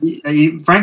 Frank